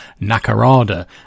Nakarada